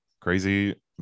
crazy